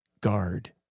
Guard